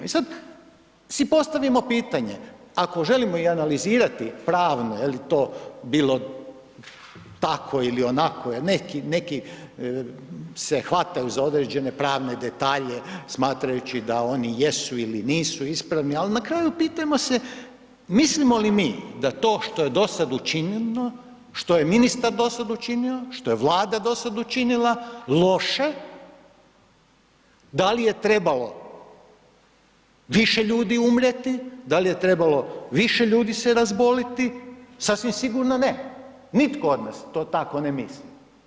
I sad si postavimo pitanje, ako želimo i analizirati pravno je li to bilo tako ili onako, neki, neki se hvataju za određene pravne detalje smatrajući da oni jesu ili nisu ispravni, al na kraju pitajmo se mislimo li mi da to što je dosad učinjeno, što je ministar dosad učinio, što je Vlada dosad učinila, loše, da li je trebalo više ljudi umrijeti, da li je trebalo više ljudi se razboliti, sasvim sigurno ne, nitko od nas to tako ne misli.